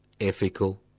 ethical